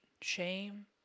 shame